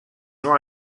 nur